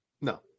No